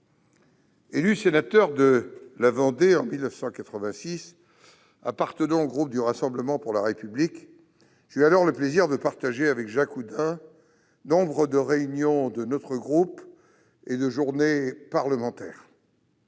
Élu sénateur de la Vendée en 1986, Jacques Oudin appartenait au groupe du Rassemblement pour la République. J'eus le plaisir de partager avec lui nombre de réunions de notre groupe et de journées parlementaires.